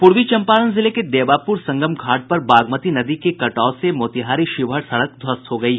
पूर्वी चंपारण जिले के देवापुर संगम घाट पर बागमती नदी के कटाव से मोतिहारी शिवहर सड़क ध्वस्त हो गयी